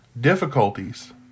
difficulties